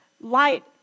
Light